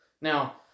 Now